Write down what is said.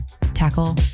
tackle